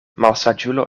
malsaĝulo